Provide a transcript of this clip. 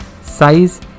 size